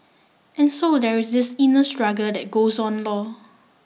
and so there is this inner struggle that goes on lor